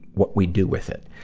what we do with it.